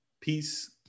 Peace